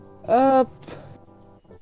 up